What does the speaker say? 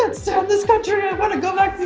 ah serve this country. i want to go back